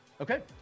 okay